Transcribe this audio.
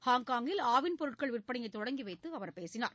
ஹாங்காங்கில் ஆவிள் பொருட்கள் விற்பனையைதொடங்கிவைத்துஅவர் பேசினார்